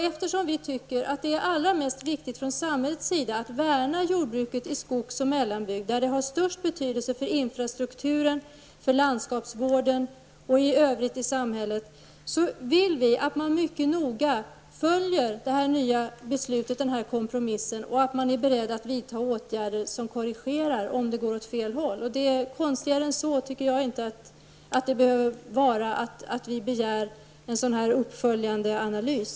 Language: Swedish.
Eftersom vi tycker att det är allra viktigast för samhällets del att värna jordbruket i skogs och mellanbyggd, där de har störst betydelse för infrastruktur, för landskapsvård och för samhället i övrigt, vill vi att man mycket noga följer det nya kompromissbeslutet och att man är beredd att vidta korrigerande åtgärder om utvecklingen går åt fel håll. Konstigare än så tycker jag inte att det behöver vara att vi begär en uppföljande analys.